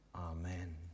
Amen